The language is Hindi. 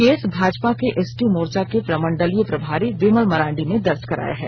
केस भाजपा के एसटी मोर्चा के प्रमंडलीय प्रभारी विमल मरांडी ने दर्ज कराया है